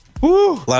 Woo